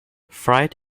freight